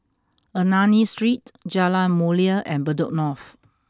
Ernani Street Jalan Mulia and Bedok North